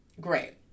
Great